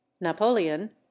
napoleon